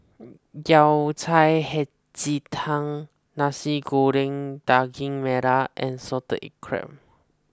Yao Cai Hei Ji Tang Nasi Goreng Daging Merah and Salted Crab